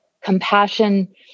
compassion